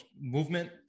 movement